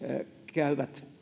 käyvät